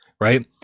right